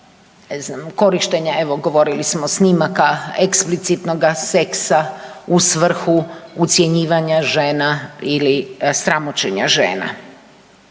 korištenja, evo, govorili smo snimaka eksplicitnoga seksa u svrhu ucjenjivanja žena ili sramoćenja žena.